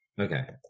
Okay